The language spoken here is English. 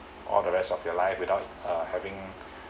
all the rest of your life without uh having